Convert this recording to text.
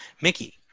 Mickey